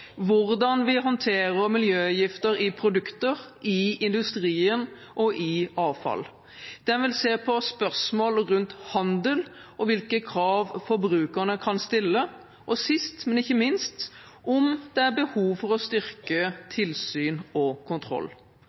hvordan vi håndterer miljøgifter i produkter, i industrien og i avfall. Den vil se på spørsmål rundt handel og hvilke krav forbrukerne kan stille, og sist, men ikke minst, om det er behov for å styrke tilsyn og kontroll.